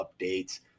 updates